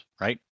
right